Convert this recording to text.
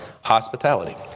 hospitality